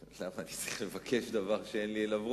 למה אני צריך לבקש דבר שאין לי עליו רוב?